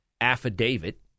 affidavit